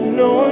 no